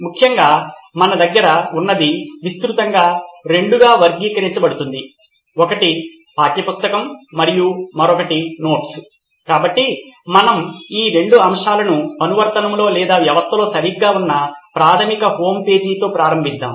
ముఖ్యంగా మన దగ్గర ఉన్నది విస్తృతంగా రెండుగా వర్గీకరించబడుతుంది ఒకటి పాఠ్య పుస్తకం మరియు మరొకటి నోట్స్ కాబట్టి మనం ఈ 2 అంశాలను అనువర్తనంలో లేదా వ్యవస్థలో సరిగ్గా ఉన్న ప్రాథమిక హోమ్పేజీతో ప్రారంభిద్దాం